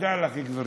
תודה לך, גברתי.